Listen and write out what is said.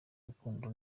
rukundo